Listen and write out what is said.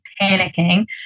panicking